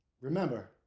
remember